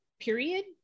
period